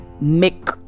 make